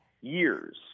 years